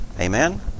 Amen